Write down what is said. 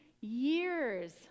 years